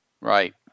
Right